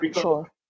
Sure